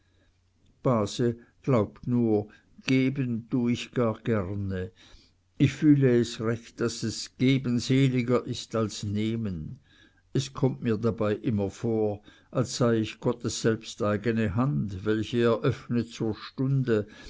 base glaubt nur geben tue ich gar gerne ich fühle es recht daß geben seliger ist als nehmen es kommt mir dabei immer vor als sei ich gottes selbsteigne hand welche er öffnet zur stunde